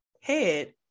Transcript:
head